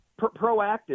proactive